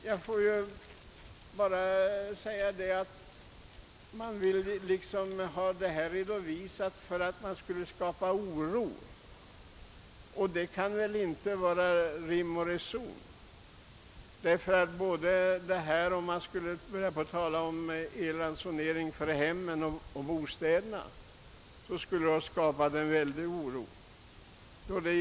Jag vill säga att man vill ha detta redovisat för att skapa oro, och det kan väl inte vara rim och reson i det. Om man skulle ha börjat tala om elransonering i hemmen skulle det ha skapat en mycket stor oro.